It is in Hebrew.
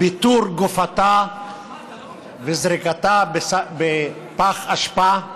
ביתור גופתה וזריקתה בפח אשפה.